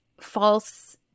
false